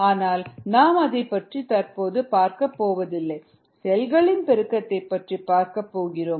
ஆனால் நாம் அதைப் பற்றி தற்போது பார்க்கப்போவதில்லை செல்களின் பெருக்கத்தைப் பற்றி பார்க்கப் போகிறோம்